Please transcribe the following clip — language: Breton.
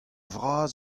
vras